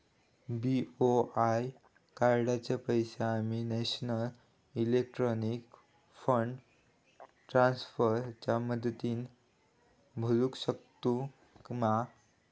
BOI कार्डाचे पैसे आम्ही नेशनल इलेक्ट्रॉनिक फंड ट्रान्स्फर च्या मदतीने भरुक शकतू मा?